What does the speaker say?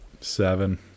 Seven